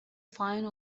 fine